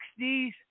60s